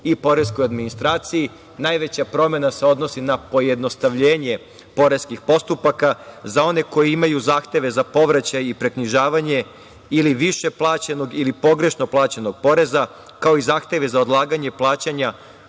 i poreskoj administraciji. Najveća promena se odnosi na pojednostavljenje poreskih postupaka. Za one koji imaju zahteve za povraćaj i preknjižavanje ili više plaćenog ili pogrešno plaćenog poreza, kao i zahteve za odlaganje plaćanja